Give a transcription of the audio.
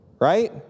Right